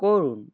করুন